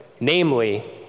Namely